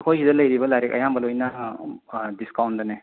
ꯑꯩꯈꯣꯏ ꯁꯤꯗ ꯂꯩꯔꯤꯕ ꯂꯥꯏꯔꯤꯛ ꯑꯌꯥꯝꯕ ꯂꯣꯏꯅ ꯗꯤꯁꯀꯥꯎꯟꯗꯅꯦ